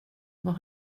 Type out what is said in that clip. vad